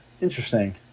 interesting